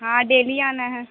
ہاں ڈیلی آنا ہے